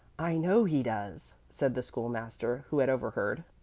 i know he does, said the school-master, who had overheard.